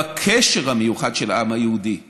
בקשר המיוחד של העם היהודי לירושלים,